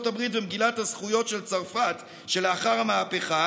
הברית ומגילת הזכויות של צרפת שלאחר המהפכה,